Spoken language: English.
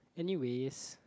anyways